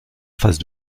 face